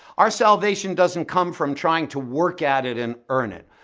our salvation doesn't come from trying to work at it and earn it.